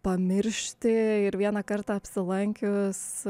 pamiršti ir vieną kartą apsilankius